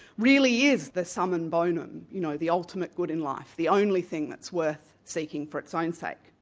really is the summum bonum, you know the ultimate good in life, the only thing that's worth seeking for its own sake.